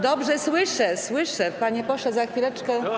Dobrze, słyszę, słyszę, panie pośle, za chwileczkę.